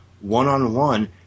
one-on-one